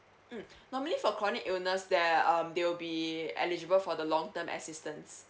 mm normally for chronic illness they um they will be eligible for the long term assistance